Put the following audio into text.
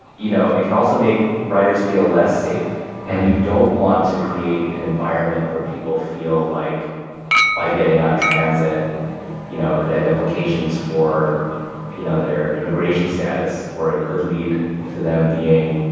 you know it can also make riders feel less safe and you don't want to create an environment where people feel like by getting on transit you know could have implications for you know their immigration status or it could lead to them being